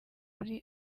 muri